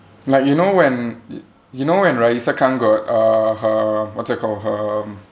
like you know when y~ you know when raeesah khan got uh her what's it called her